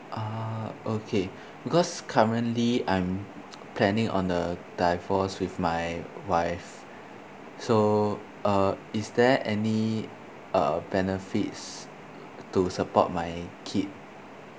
ah okay because currently I'm planning on the divorce with my wife so uh is there any uh benefits to support my kid